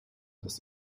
des